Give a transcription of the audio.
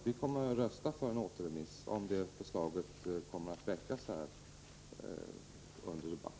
Vi kommer alltså att rösta för en återremiss om det förslaget väcks här under debatten.